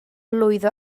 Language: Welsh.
lwyddo